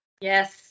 Yes